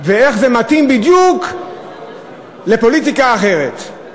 ואיך זה מתאים בדיוק ל"פוליטיקה אחרת".